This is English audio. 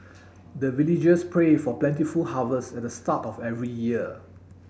the villagers pray for plentiful harvest at the start of every year